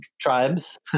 tribes